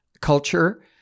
culture